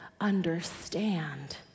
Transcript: understand